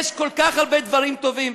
יש כל כך הרבה דברים טובים,